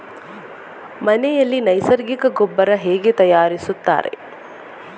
ಮನೆಯಲ್ಲಿ ನೈಸರ್ಗಿಕ ಗೊಬ್ಬರ ಹೇಗೆ ತಯಾರಿಸುತ್ತಾರೆ?